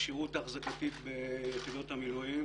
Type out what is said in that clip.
והכשירות האחזקתית ביחידות המילואים.